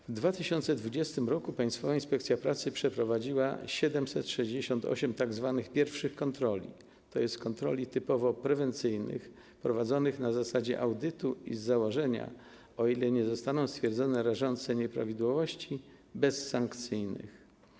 W 2020 r. Państwowa Inspekcja Pracy przeprowadziła 768 tzw. pierwszych kontroli, tj. kontroli typowo prewencyjnych, prowadzonych na zasadzie audytu i z założenia - o ile nie zostaną stwierdzone rażące nieprawidłowości - bezsankcyjnych.